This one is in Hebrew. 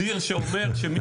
שאומר שמי